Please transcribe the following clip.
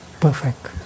perfect